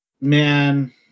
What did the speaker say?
Man